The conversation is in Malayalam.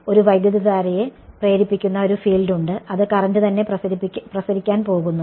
ഒരു വൈദ്യുതധാരയെ പ്രേരിപ്പിക്കുന്ന ഒരു ഫീൽഡ് ഉണ്ട് അത് കറന്റ് തന്നെ പ്രസരിക്കാൻ പോകുന്നു